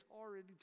already